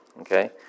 okay